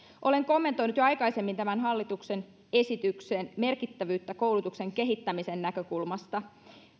olen kommentoinut jo aikaisemmin tämän hallituksen esityksen merkittävyyttä koulutuksen kehittämisen näkökulmasta